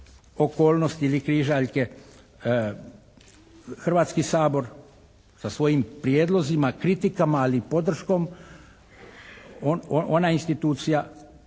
okolnosti ili križaljke Hrvatski sabor sa svojim prijedlozima, kritikama ali i podrškom ona institucija